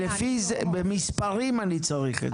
במספרים אני צריך.